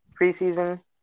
preseason